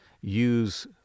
use